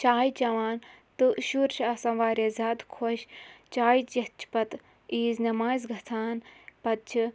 چاے چیٚوان تہٕ شُرۍ چھِ آسان واریاہ زیادٕ خۄش چاے چیٚتھ چھِ پَتہٕ عیٖذ نمازِ گَژھان پَتہٕ چھِ